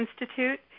Institute